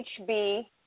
HB